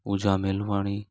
Pooja Melwani